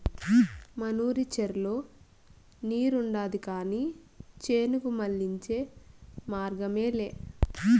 మనూరి చెర్లో నీరుండాది కానీ చేనుకు మళ్ళించే మార్గమేలే